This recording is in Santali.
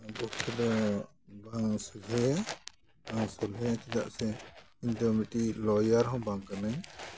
ᱤᱧᱟᱹᱜ ᱯᱚᱠᱠᱷᱮ ᱫᱚ ᱵᱟᱝ ᱥᱚᱡᱷᱮᱭᱟ ᱵᱟᱝ ᱥᱚᱞᱦᱮᱭᱟ ᱪᱮᱫᱟᱜ ᱥᱮ ᱤᱧᱫᱚ ᱢᱤᱫᱴᱤᱱ ᱞᱚᱭᱟᱨ ᱦᱚᱸ ᱵᱟᱝ ᱠᱟᱹᱱᱟᱹᱧ